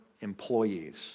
employees